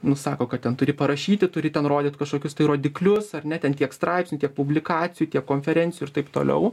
nu sako kad ten turi parašyti turi ten rodyt kažkokius tai rodiklius ar ne ten tiek straipsnių tiek publikacijų tiek konferencijų ir taip toliau